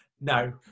No